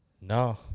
No